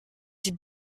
sie